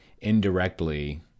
indirectly